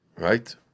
right